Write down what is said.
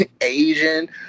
Asian